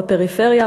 בפריפריה,